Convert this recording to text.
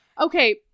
Okay